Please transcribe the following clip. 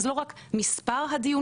וזה לא רק מספר הדיונים,